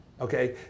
okay